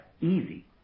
easy